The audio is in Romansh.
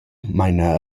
maina